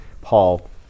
Paul